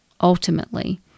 Ultimately